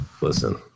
listen